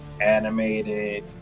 animated